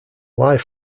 live